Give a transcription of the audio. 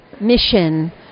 mission